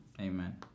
amen